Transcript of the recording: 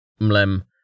Mlem